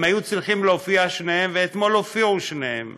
הם היו צריכים להופיע שניהם, ואתמול הופיעו שניהם